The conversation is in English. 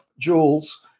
jewels